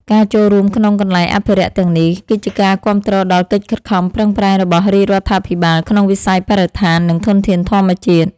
ការចូលរួមក្នុងកន្លែងអភិរក្សទាំងនេះ គឺជាការគាំទ្រដល់កិច្ចខិតខំប្រឹងប្រែងរបស់រាជរដ្ឋាភិបាលក្នុងវិស័យបរិស្ថាន និងធនធានធម្មជាតិ។